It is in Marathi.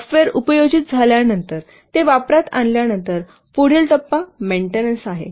सॉफ्टवेअर उपयोजित झाल्यानंतर ते वापरात आणल्यानंतर पुढील टप्पा मेंटेनन्स आहे